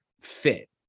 fit